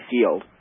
Field